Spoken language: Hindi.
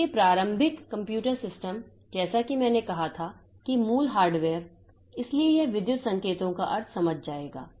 इसलिए प्रारंभिक कंप्यूटर सिस्टम जैसा कि मैंने कहा था कि मूल हार्डवेयर इसलिए यह विद्युत संकेतों का अर्थ समझ जाएगा